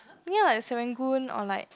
ya at Serangoon or like